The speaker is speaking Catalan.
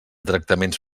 tractaments